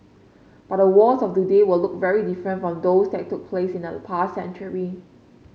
but the wars of today will look very different from those that took place in the past century